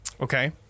Okay